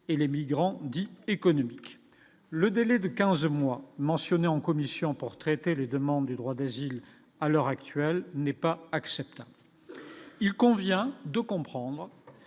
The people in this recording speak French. et les migrants dits économiques, le délai de 15 mois en commission pour traiter les demandes du droit d'asile à l'heure actuelle n'est pas acceptable, il convient de comprendre